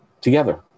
together